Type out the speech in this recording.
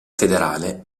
federale